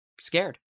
scared